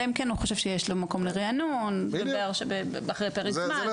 אלא אם כן הוא חושב שיש מקום לרענון אחרי פרק זמן.